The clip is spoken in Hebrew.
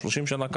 30 שנה,